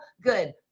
Good